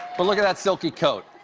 but look at that silky coat.